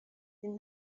این